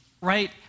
Right